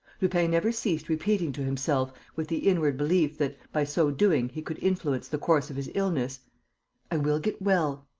lupin never ceased repeating to himself, with the inward belief that, by so doing, he could influence the course of his illness i will get well.